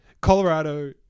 Colorado